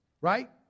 Right